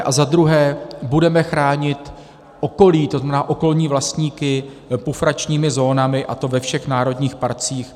A za druhé, budeme chránit okolí, to znamená okolní vlastníky, pufračními zónami, a to ve všech národních parcích.